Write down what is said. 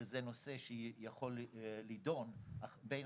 שזה נושא שיכול להידון בין